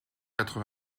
quatre